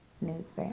news